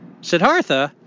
Siddhartha